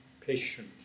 patient